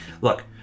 look